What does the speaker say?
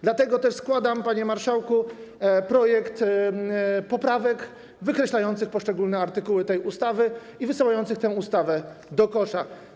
Dlatego też składam, panie marszałku, projekt poprawek wykreślających poszczególne artykuły tej ustawy i wysyłających tę ustawę do kosza.